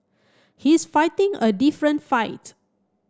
he's fighting a different fight